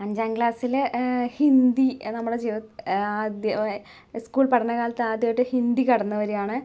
അഞ്ചാം ക്ലാസ്സില് ഹിന്ദി നമ്മളുടെ ജീവിത ആദ്യം സ്കൂൾ പഠനകാലത്ത് ആദ്യായിട്ട് ഹിന്ദി കടന്ന് വരുവാണ്